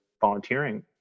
volunteering